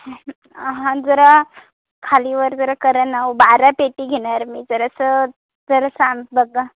हां जरा खाली वर जरा करा ना हो बारा पेटी घेणार मी तर असं जरा सांग बघा